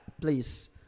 please